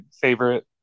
favorite